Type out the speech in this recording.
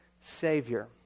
Savior